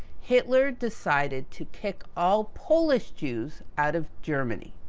hitler decided to kick all polish jews out of germany.